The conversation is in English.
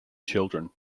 children